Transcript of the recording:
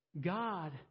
God